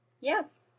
Yes